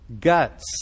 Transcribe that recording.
guts